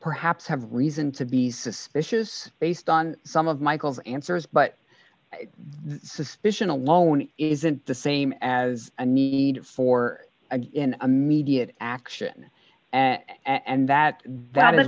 perhaps have reason to be suspicious based on some of michael's answers but the suspicion alone isn't the same as a need for a media action and that that is